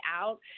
out